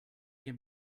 can